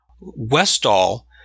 Westall